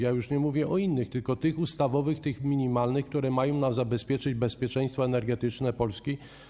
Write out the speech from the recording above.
Już nie mówię o innych, tylko o tych ustawowych, minimalnych, które mają zabezpieczyć bezpieczeństwo energetyczne Polski.